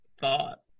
thought